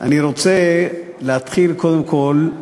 אני רוצה להתחיל, קודם כול,